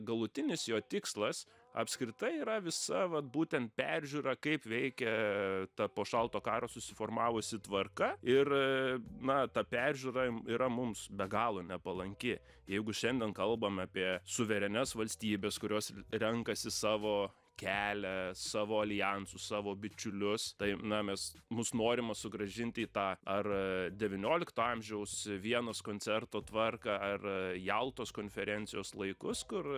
galutinis jo tikslas apskritai yra visa vat būtent peržiūra kaip veikia ta po šalto karo susiformavusi tvarka ir na ta peržiūra yra mums be galo nepalanki jeigu šiandien kalbam apie suverenias valstybes kurios renkasi savo kelią savo aljansus savo bičiulius tai na mes mus norima sugrąžint į tą ar devyniolikto amžiaus vienos koncerto tvarką ar jaltos konferencijos laikus kur